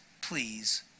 please